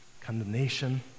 condemnation